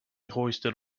hoisted